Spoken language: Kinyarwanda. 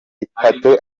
itatu